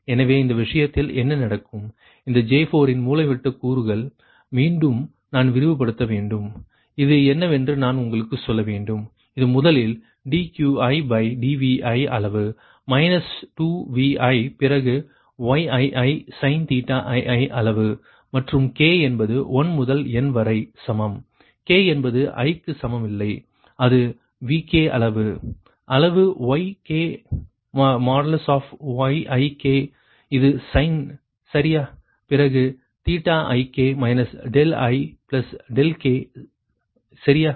எனவே இந்த விஷயத்தில் என்ன நடக்கும் அந்த J4 இன் மூலைவிட்ட கூறுகள் மீண்டும் நான் விரிவுபடுத்த வேண்டும் இது என்னவென்று நான் உங்களுக்குச் சொல்ல வேண்டும் இது முதலில் dQidVi அளவு மைனஸ் 2 Vi பிறகு Yii sin அளவு மைனஸ் k என்பது 1 முதல் n வரை சமம் k என்பது i க்கு சமம் இல்லை இது Vk அளவு அளவு YkYik இது சைன் சரியா பிறகு ik ik சரியா